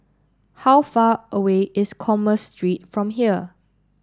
how far away is Commerce Street from here